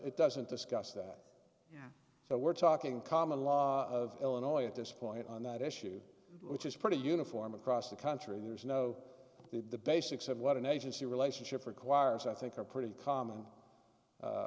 it doesn't discuss that so we're talking common law of illinois at this point on that issue which is pretty uniform across the country there's no the basics of what an agency relationship requires i think are pretty common